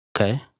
Okay